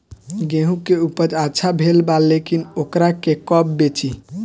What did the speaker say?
गेहूं के उपज अच्छा भेल बा लेकिन वोकरा के कब बेची?